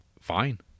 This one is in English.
Fine